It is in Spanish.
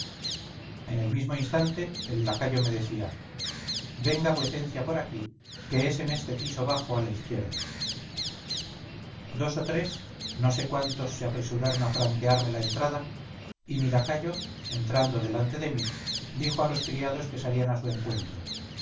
en el mismo instante el lacayo me decía venga vuecencia por aquí que es en este piso bajo a la izquierda dos o tres no sé cuántos se apresuraron a franquearme la entrada y mi lacayo entrando delante de mí dijo a los criados que salían a su encuentro